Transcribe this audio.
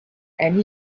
and